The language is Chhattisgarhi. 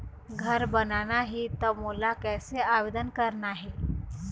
घर बनाना ही त मोला कैसे आवेदन करना हे?